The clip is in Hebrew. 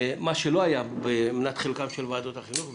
מה שלא היה מנת חלקן של ועדות החינוך,